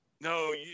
No